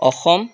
Assam